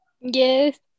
Yes